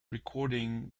recording